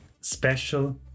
special